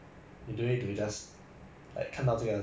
!aiya! 人家心急 mah